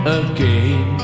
again